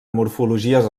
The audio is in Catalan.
morfologies